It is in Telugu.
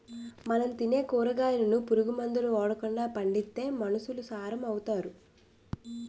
మనం తినే కూరగాయలను పురుగు మందులు ఓడకండా పండిత్తే మనుసులు సారం అవుతారు